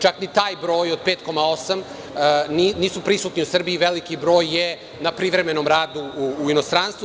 Čak ni taj broj od 5,8 nisu prisutni u Srbiji, veliki broj je na privremenom radu u inostranstvu.